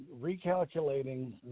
recalculating